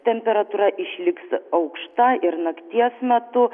temperatūra išliks aukšta ir nakties metu